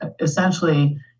essentially